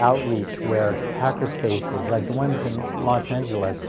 outreach where hackerspaces like the ones in los angeles,